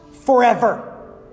forever